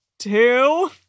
Two